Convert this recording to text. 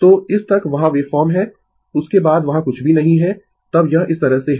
तो इस तक वहां वेव फॉर्म है उसके बाद वहां कुछ भी नहीं है तब यह इस तरह से है